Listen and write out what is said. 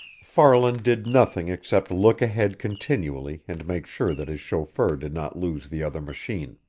farland did nothing except look ahead continually and make sure that his chauffeur did not lose the other machine.